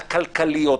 הכלכליות,